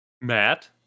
Matt